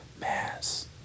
mass